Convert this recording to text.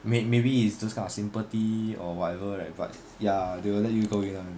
may maybe is those kind of sympathy or whatever right but ya they will let you go in [one]